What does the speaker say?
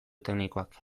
teknikoak